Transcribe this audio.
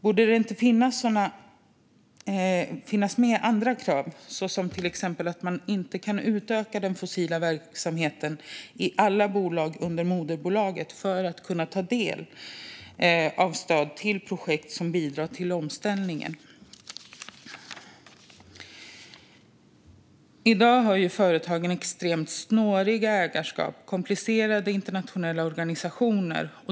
Borde det inte finnas andra krav, till exempel att man, för att kunna ta del av stöd till projekt som bidrar till omställningen, inte kan utöka den fossila verksamheten i alla bolag under moderbolaget? I dag har företagen extremt snåriga ägarskap och komplicerade internationella organisationer.